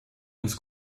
uns